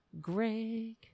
Greg